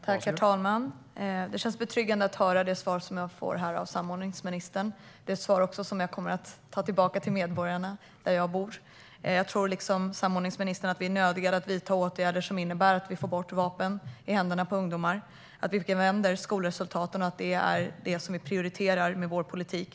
Herr talman! Det svar som jag här får av samordningsministern känns betryggande. Det är ett svar som jag kommer att ta med till medborgarna där jag bor. Liksom samordningsministern tror också jag att vi är nödgade att vidta åtgärder som innebär att man får bort vapen i händerna på ungdomar. Skolresultaten måste vända, och det måste vara prioriterat med vår politik.